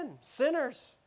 sinners